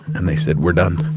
and they said, we're done.